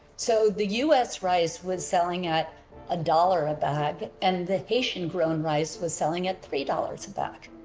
so the us rice was selling at a dollar a bag and the haitian grown rice was selling at three dollars bag,